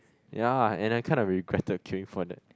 ya and I kind of regretted queueing for that